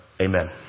Amen